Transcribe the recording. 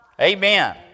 Amen